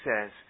says